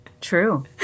true